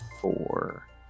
four